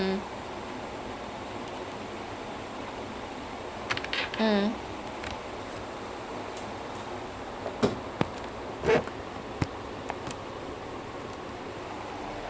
so அடையோட:adaiyoda they give you like some paruppu பொடி:paruppu podi and a few other podi some then அதுதான் உன்னோட:athuthan unnoda appetiser மாரி:maari so அது:athu ya பெரிய பெரிய:periya periya thosai எல்லாம் கிடையாது சின்ன சின்ன:ellaam kidaiyaathu chinna chinna thosai